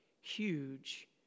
huge